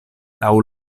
laŭ